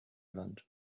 wand